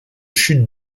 chute